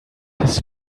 his